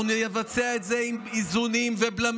אנחנו נבצע את זה עם איזונים ובלמים,